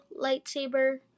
lightsaber